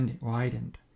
widened